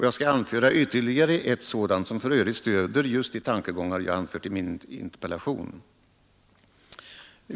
Jag skall anföra ytterligare ett sådant, som för övrigt stöder just de tankegångar jag anfört i min interpellation.